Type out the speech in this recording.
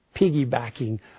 piggybacking